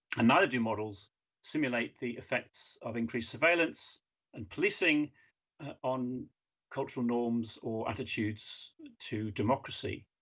and neither do models simulate the effects of increased surveillance and policing on cultural norms or attitudes to democracy.